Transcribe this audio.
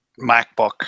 MacBook